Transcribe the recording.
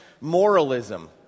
moralism